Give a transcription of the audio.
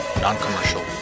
non-commercial